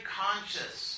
conscious